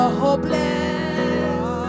hopeless